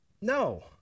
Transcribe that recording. No